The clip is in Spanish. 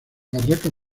barracas